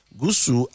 gusu